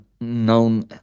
known